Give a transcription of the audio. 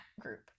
group